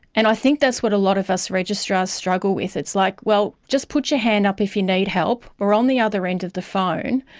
and i think that's what a lot of us registrars struggle with. it's like, well, just put your hand up if you need help, we're on the other end of the phone',